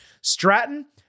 Stratton